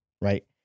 right